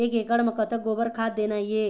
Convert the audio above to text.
एक एकड़ म कतक गोबर खाद देना ये?